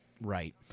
right